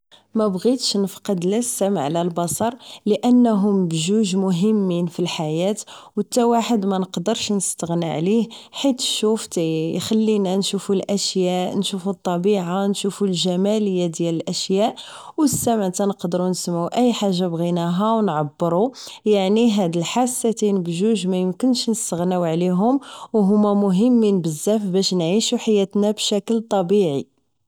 ما بغيتش نفقد لا السمع و لا البصر لأنهم بجوج مهمين في الحياة و تاواحد مانقدرش نستغنا عليه حيث الشوف كيخلينا نشوفو الاشياء نشوفو الطبيعة شوفو الجمالية ديال الاشياء و السمع تنقدرو نسمعو اي حاجة بغيناها و نعبرو يعني هاد الحاستين بجوج مانقدروش نستغناو عليهم و هما مهمين بزاف باش نعيشو حياتنا بشكل طبيعي